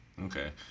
okay